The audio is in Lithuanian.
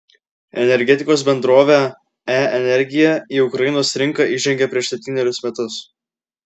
energetikos bendrovė e energija į ukrainos rinką įžengė prieš septynerius metus